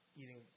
eating